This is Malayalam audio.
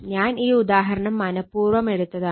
ഞാൻ ഈ ഉദാഹരണം മനഃപൂർവ്വം എടുത്തതാണ്